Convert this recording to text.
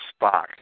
Spock